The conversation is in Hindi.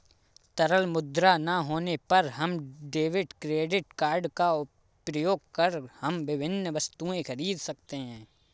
तरल मुद्रा ना होने पर हम डेबिट क्रेडिट कार्ड का प्रयोग कर हम विभिन्न वस्तुएँ खरीद सकते हैं